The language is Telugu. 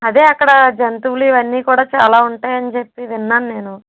అదే అక్కడ జంతువులు ఇవన్నీ కూడా చాలా ఉంటాయని చెప్పి విన్నాను నేను